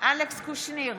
אלכס קושניר,